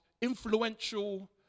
influential